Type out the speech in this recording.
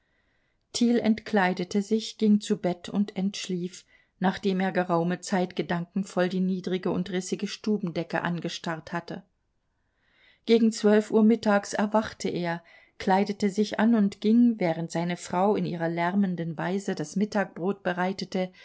thiel entkleidete sich ging zu bett und entschlief nachdem er geraume zeit gedankenvoll die niedrige und rissige stubendecke angestarrt hatte gegen zwölf uhr mittags erwachte er kleidete sich an und ging während seine frau in ihrer lärmenden weise das mittagbrot bereitete